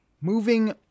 moving